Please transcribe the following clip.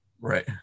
Right